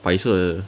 白色的